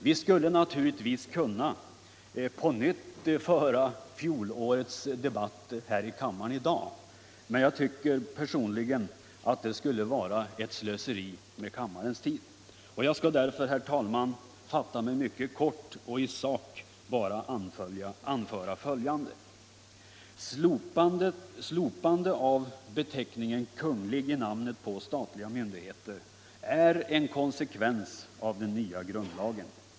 Vi skulle naturligtvis kunna på nytt föra fjolårets debatt i kammaren i dag, men jag tycker personligen att det skulle vara ett slöseri med kammarens tid. Jag skall därför, herr talman, fatta mig mycket kort och i sak bara anföra följande. Slopande av beteckningen Kunglig i namnet på statliga myndigheter är en konsekvens av den nya grundlagen.